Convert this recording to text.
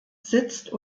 sitzt